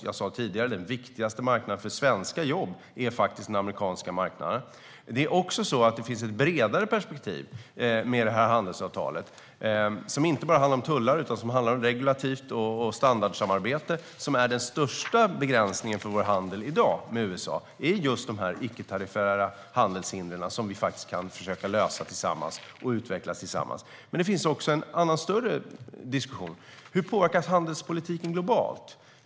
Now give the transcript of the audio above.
Jag sa tidigare att den viktigaste marknaden för svenska jobb faktiskt är den amerikanska marknaden. Det finns också ett bredare perspektiv med det här handelsavtalet som inte bara handlar om tullar utan om regulativt samarbete och standardsamarbete. Den största begränsningen för vår handel med USA i dag är just de här icke-tariffära handelshindren som vi kan försöka lösa och utveckla tillsammans. Det finns också en annan och större diskussion, och det är hur handelspolitiken påverkas globalt.